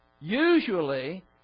usually